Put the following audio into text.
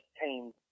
tamed